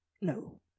no